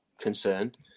concerned